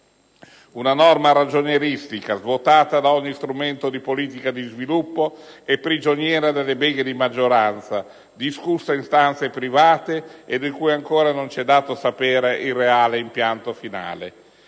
Una norma ragionieristica, svuotata da ogni strumento di politica di sviluppo e prigioniera delle beghe di maggioranza, discussa in stanze private e di cui ancora non ci è dato sapere il reale impianto finale.